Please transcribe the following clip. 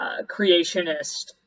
creationist